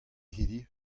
hiziv